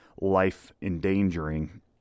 life-endangering